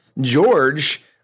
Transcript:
George